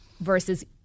versus